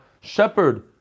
shepherd